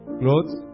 clothes